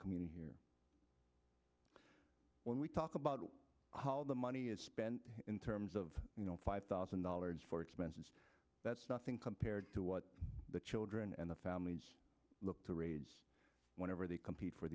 community here when we talk about how the money is spent in terms of you know five thousand dollars for expenses that's nothing compared to what the children and the families look to raise whenever they compete for